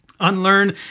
Unlearn